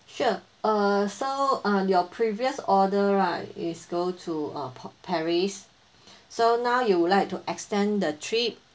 sure uh so uh your previous order right is go to uh pa~ paris so now you would like to extend the trip